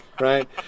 right